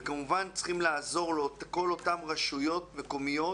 וכמובן, צריכים לעזור לכל אותן רשויות מקומיות